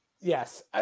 Yes